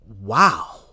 wow